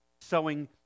sowing